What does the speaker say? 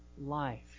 Life